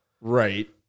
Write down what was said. Right